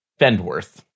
Fendworth